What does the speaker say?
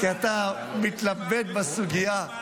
כי אתה מתלבט בסוגיה.